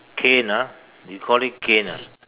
cane ah you call it cane ah